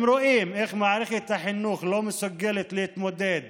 הם רואים איך מערכת החינוך לא מסוגלת להתמודד